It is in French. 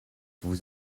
vous